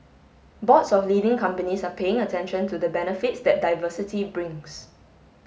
boards of leading companies are paying attention to the benefits that diversity brings